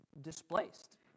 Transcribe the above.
displaced